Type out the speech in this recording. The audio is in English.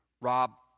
Rob